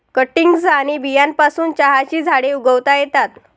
cuttings आणि बियांपासून चहाची झाडे उगवता येतात